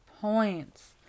points